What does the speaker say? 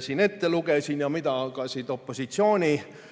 siin ette lugesin ja mida ka teised